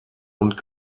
und